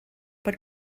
but